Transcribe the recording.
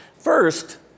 First